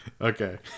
Okay